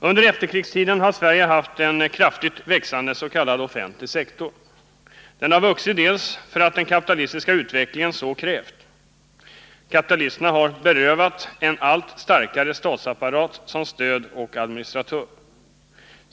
Under efterkrigstiden har Sverige haft en kraftigt växande s.k. offentlig sektor. Den har vuxit delvis därför att den kapitalistiska utvecklingen så krävt. Kapitalisterna har behövt en allt starkare statsapparat som stöd och administratör.